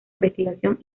investigación